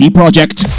project